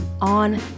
on